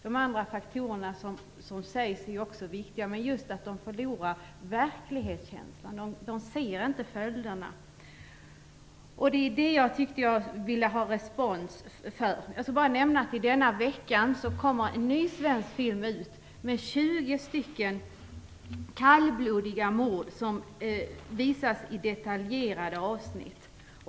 De andra faktorer som nämnts är också viktiga, men det är allvarligt att ungdomarna förlorar verklighetskänslan, de ser inte följderna. Det ville jag ha respons för. Jag skall bara nämna att det i denna vecka kommer en ny svensk film ut med 20 kallblodiga mord, som visas i detaljerade avsnitt.